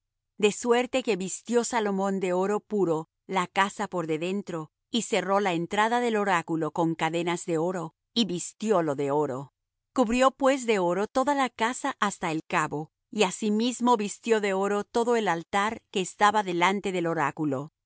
de suerte que vistió salomón de oro puro la casa por de dentro y cerró la entrada del oráculo con cadenas de oro y vistiólo de oro cubrió pues de oro toda la casa hasta el cabo y asimismo vistió de oro todo el altar que estaba delante del oráculo